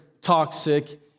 toxic